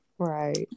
Right